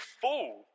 fool